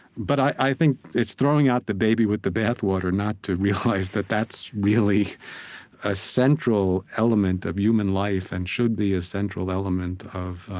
but i think it's throwing out the baby with the bathwater not to realize that that's really a central element of human life and should be a central element of